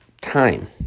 time